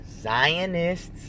Zionists